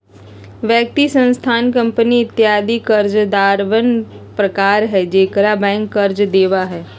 व्यक्ति, संस्थान, कंपनी इत्यादि कर्जदारवन के प्रकार हई जेकरा बैंक कर्ज देवा हई